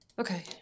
Okay